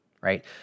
right